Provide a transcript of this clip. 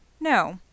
No